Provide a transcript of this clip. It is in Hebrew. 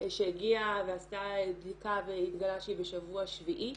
שהגיעה ועשתה בדיקה והתגלה שהיא בשבוע שביעי,